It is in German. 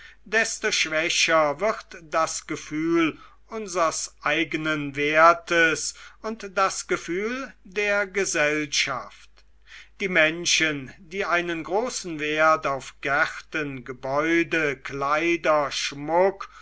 desto schwächer wird das gefühl unsers eignen wertes und das gefühl der gesellschaft die menschen die einen großen wert auf gärten gebäude kleider schmuck